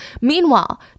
Meanwhile